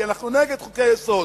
כי אנחנו נגד חוקי-יסוד.